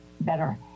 better